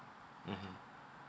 mmhmm